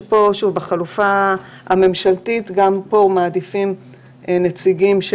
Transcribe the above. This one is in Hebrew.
שבחלופה הממשלתית גם פה מעדיפים נציגים של